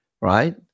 right